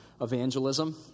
evangelism